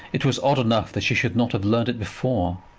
it was odd enough that she should not have learned it before,